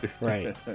right